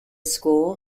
school